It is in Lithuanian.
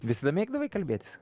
visada mėgdavai kalbėtis